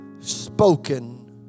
Spoken